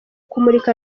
kumurika